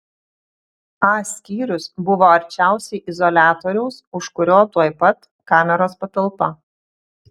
a skyrius buvo arčiausiai izoliatoriaus už kurio tuoj pat kameros patalpa